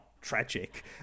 tragic